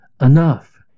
enough